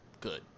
good